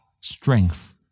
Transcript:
strength